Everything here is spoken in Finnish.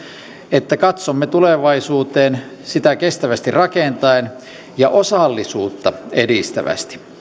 että katsomme tulevaisuuteen sitä kestävästi rakentaen ja osallisuutta edistävästi